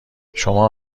شما